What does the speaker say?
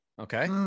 Okay